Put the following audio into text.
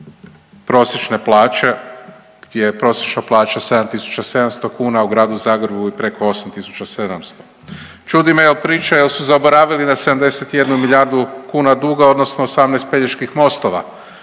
prosječne plaće gdje je prosječna plana 7.700 kuna, a u Gradu Zagrebu i preko 8.700. Čudi me jel pričaju jel su zaboravili na 71 milijardu kuna duga odnosno 18 Peljeških mostova.